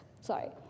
sorry